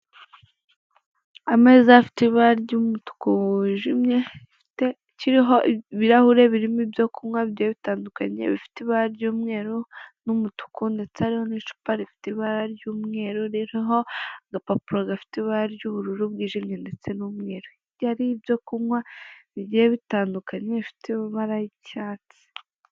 Ameza afite ibara ry'umutuku wijimye kiriho ibirahire birimo ibyo kunywa bigiye bitandukanye bifite ibara ry'umweru n'umutuku ndetse hariho n'icupa rifite ibara ry'umweru ririho agapapuro gafite ibara ry'ubururu bwijimye ndetse n'umweru, iyo aribyo kunywa bigiye bitandukanye bifite ibara ry'icyatsi.